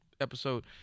episode